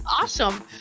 Awesome